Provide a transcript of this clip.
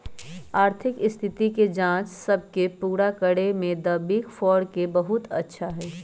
आर्थिक स्थिति के जांच सब के पूरा करे में द बिग फोर के बहुत अच्छा हई